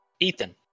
Ethan